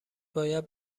باید